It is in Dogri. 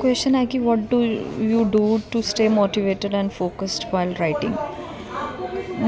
क्वेच्शन ऐ कि what do you do stay motivated and focused for writing